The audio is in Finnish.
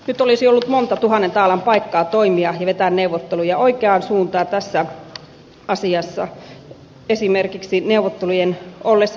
nyt olisi ollut monta tuhannen taalan paikkaa toimia ja vetää neuvotteluja oikeaan suuntaan tässä asiassa esimerkiksi neuvottelujen ollessa jumiutuneina